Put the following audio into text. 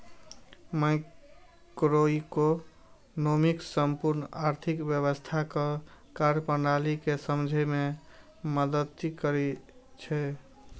microeconomics संपूर्ण आर्थिक व्यवस्थाक कार्यप्रणाली कें समझै मे मदति करै छै